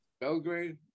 Belgrade